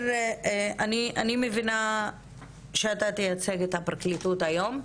אני מבינה שאתה תייצג את הפרקליטות היום.